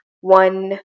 one